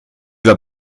vas